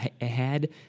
ahead